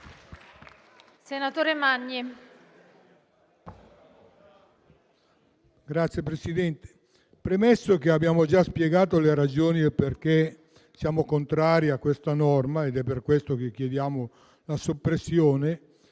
Signora Presidente, premesso che abbiamo già spiegato le ragioni per cui siamo contrari a questa norma e per cui ne chiediamo la soppressione,